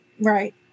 Right